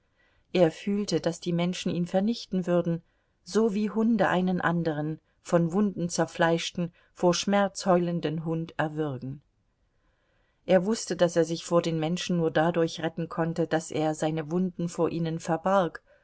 er fühlte daß die menschen ihn vernichten würden so wie hunde einen andern von wunden zerfleischten vor schmerz heulenden hund erwürgen er wußte daß er sich vor den menschen nur dadurch retten konnte daß er seine wunden vor ihnen verbarg